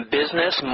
business